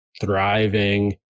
thriving